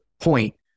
point